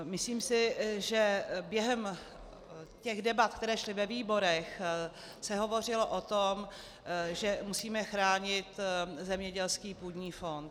Myslím si, že během debat, které šly ve výborech, se hovořilo o tom, že musíme chránit zemědělský půdní fond.